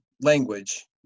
language